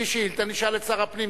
תגיש שאילתא, נשאל את שר הפנים.